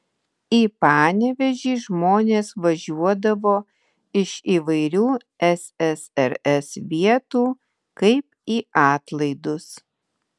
į panevėžį žmonės važiuodavo iš įvairių ssrs vietų kaip į atlaidus